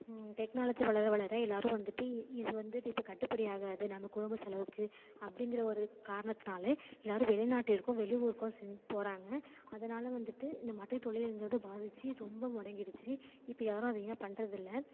technology வளர வளர எல்லோரும் வந்துட்டு இ இது வந்துட்டு இப்போ கட்டுப்படியாகாது நம்ம குடும்ப செலவுக்கு அப்படிங்கிற ஒரு காரணத்துனால் எல்லாரும் வெளிநாட்டிற்கும் வெளி ஊருக்கும் சென் போகிறாங்க அதனால் வந்துட்டு இந்த மட்டைத் தொழிலுங்கிறது பாதித்து ரொம்ப முடங்கிடுச்சி இப்போ யாரும் அதிகமாக பண்ணுறதில்ல